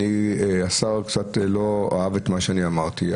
השר קצת לא אהב את מה שאני אמרתי,